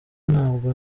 ntabwo